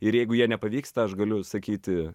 ir jeigu jie nepavyksta aš galiu sakyti